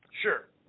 Sure